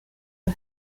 los